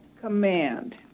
command